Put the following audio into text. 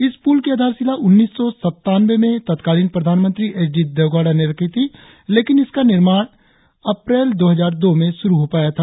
इस पुल की आधारशिला उन्नीस सौ सत्तानंवे में तत्कालीन प्रधानमंत्री एच डी देवेगौड़ा ने रखी थी लेकिन इसका निर्माण अप्रैल दो हजार दो में शुरु हो पाया था